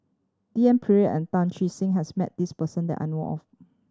D N Pritt and Tan Che Sang has met this person that I know of